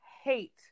hate